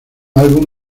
álbum